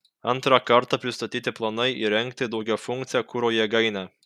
antrą kartą pristatyti planai įrengti daugiafunkcę kuro jėgainę